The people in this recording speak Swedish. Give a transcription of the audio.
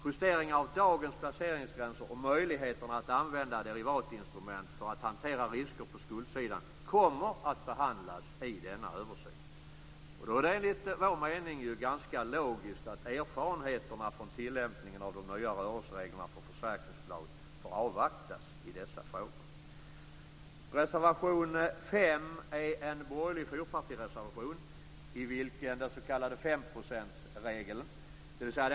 Justeringar av dagens placeringsgränser och möjligheterna att använda derivatinstrument för att hantera risker på skuldsidan kommer att behandlas i denna översyn. Då är det enligt vår mening ganska logiskt att erfarenheterna från tillämpningen av de nya rörelsereglerna för försäkringsbolagen får avvaktas i dessa frågor. den yrkas att den s.k. femprocentsregeln bör förändras.